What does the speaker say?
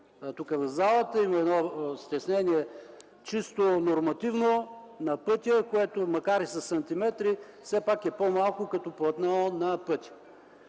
тук, в залата, има едно стеснение чисто нормативно на пътя, което макар и със сантиметри все пак е по-малко като платно на пътя.